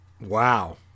wow